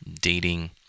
dating